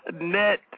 Net